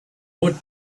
would